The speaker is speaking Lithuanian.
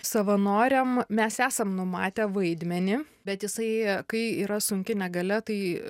savanoriam mes esam numatę vaidmenį bet jisai kai yra sunki negalia tai